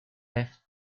left